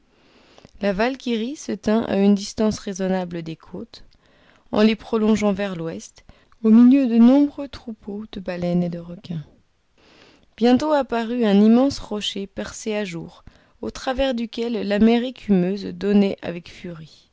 la valkyrie se tint à une distance raisonnable des côtes en les prolongeant vers l'ouest au milieu de nombreux troupeaux de baleines et de requins bientôt apparut un immense rocher percé à jour au travers duquel la mer écumeuse donnait avec furie